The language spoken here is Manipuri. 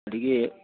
ꯑꯗꯒꯤ